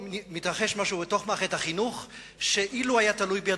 מתרחש פה משהו במערכת החינוך שאילו זה היה תלוי בי,